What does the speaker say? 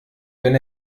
wenn